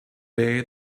day